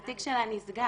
התיק שלה נסגר.